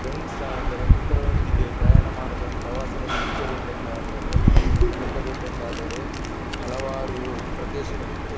friends ಅಂದರೆ ಮಿತ್ರರೊಂದಿಗೆ ಪ್ರಯಾಣ ಮಾಡಬೇಕು ಪ್ರವಾಸ ತಿರುಗಬೇಕೆಂದಾದರೆ ತಿರುಗಬೇಕೆಂದಾದರೆ ಹಲವಾರು ಪ್ರದೇಶಗಳಿವೆ